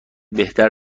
بهتر